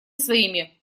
своими